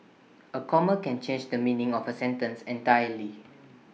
A comma can change the meaning of A sentence entirely